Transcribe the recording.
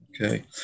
Okay